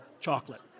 chocolate